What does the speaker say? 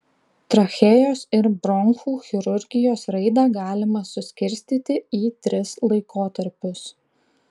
trachėjos ir bronchų chirurgijos raidą galima suskirstyti į tris laikotarpius